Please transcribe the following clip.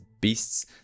beasts